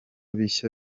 bishya